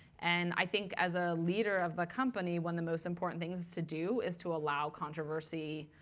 and i think, as a leader of the company, one the most important things to do is to allow controversy,